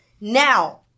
Now